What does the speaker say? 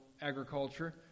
agriculture